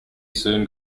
soon